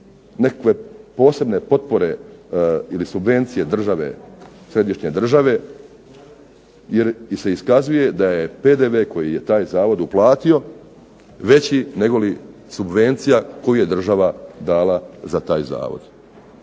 nekakve posebne potpore ili subvencije države, središnje države, jer se iskazuje da je PDV koji je taj zavod uplatio veći negoli subvencija koju je država dala za taj zavod.